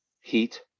Heat